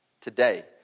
today